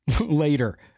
later